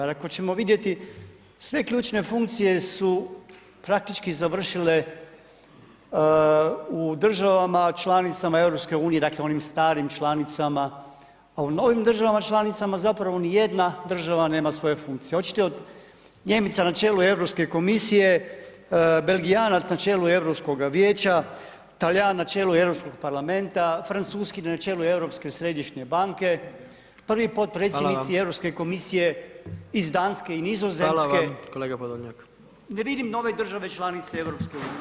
Jer ako ćemo vidjeti sve ključne funkcije su praktički završile u državama članicama EU, dakle u onim starim članicama, a u novim državama članicama zapravo ni jedna država nema svoje funkcije, hoćete od Njemica na čelu EU komisije, Belgijanac na čelu Europskoga vijeća, Talijan na čelu Europskog parlamenta, Francuskinja na čelu Europske središnje banke, prvi potpredsjednici EU komisije iz Danske i Nizozemske [[Upadica: Hvala vam kolega Podoljnjak.]] ne vidim nove države članice EU.